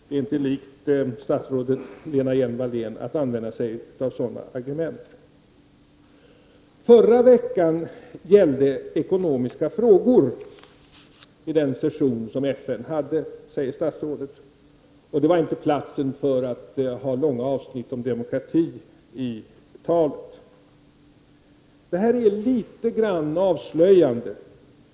Det är inte likt statsrådet Lena Hjelm-Wallén att använda sig av sådana argument. FNs session förra veckan gällde ekonomiska frågor, säger statsrådet. Det var, säger hon, inte den rätta platsen för att lägga in långa avsnitt om demokrati i talet. Detta är litet grand avslöjande.